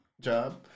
job